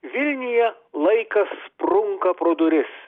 vilniuje laikas sprunka pro duris